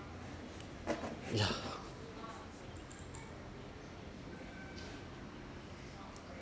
yeah